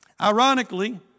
Ironically